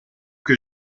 que